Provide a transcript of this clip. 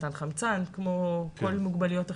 מתן חמצן ומוגבלויות אחרות.